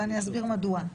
ואני אסביר מדוע.